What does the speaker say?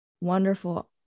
wonderful